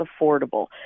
affordable